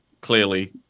clearly